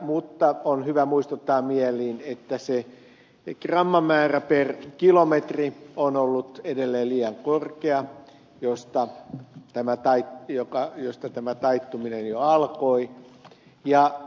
mutta on hyvä muistuttaa mieleen että grammamäärä per kilometri kohden on ollut edelleen liian korkea josta tämä taittuminen alkaa